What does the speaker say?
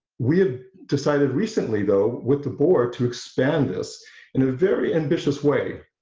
we have decided recently though with the board to expand this in a very ambitious way.